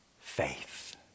faith